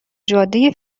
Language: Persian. جاده